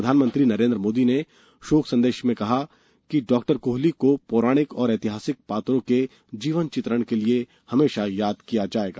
प्रधानमंत्री नरेन्द्र मोदी ने शोक संदेश में कहा कि डॉक्टर कोहली को पौराणिक और ऐतिहासिक पात्रों के जीवंत चित्रण के लिए हमेशा याद किया जाएगा